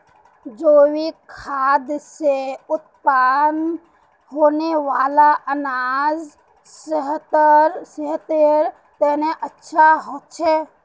जैविक खाद से उत्पन्न होने वाला अनाज सेहतेर तने अच्छा होछे